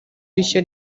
rishya